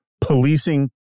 policing